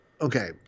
okay